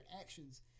actions